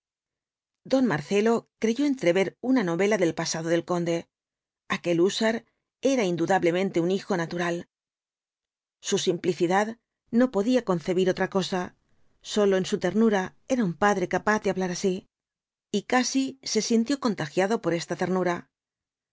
don marcelo creyó entrever una novela del pasado del conde aquel húsar era indudablemente un hijo natural sa simplicidad no podía concebir otra cosa sólo en su ternura era un padre capaz de hablar así y casi se sintió contagiado por esta ternura